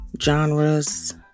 genres